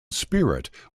spirit